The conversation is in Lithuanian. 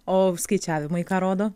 o skaičiavimai ką rodo